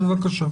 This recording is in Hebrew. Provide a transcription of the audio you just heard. בבקשה.